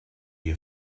your